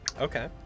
Okay